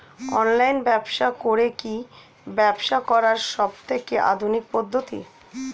Online ব্যবসা করে কি ব্যবসা করার সবথেকে আধুনিক পদ্ধতি?